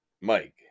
Mike